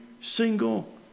single